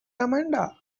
amanda